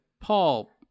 paul